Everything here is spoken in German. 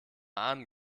ahnen